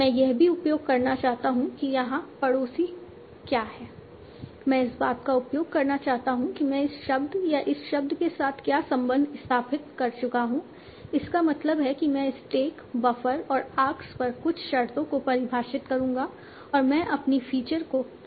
मैं यह भी उपयोग करना चाहता हूं कि यहां पड़ोसी क्या हैं मैं इस बात का उपयोग करना चाहता हूं कि मैं इस शब्द या इस शब्द के साथ क्या संबंध स्थापित कर चुका हूं इसका मतलब है कि मैं स्टैक बफर और आर्क्स पर कुछ शर्तों को परिभाषित करूंगा और मैं अपनी फीचर को लेना चाहूंगा